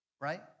right